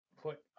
Put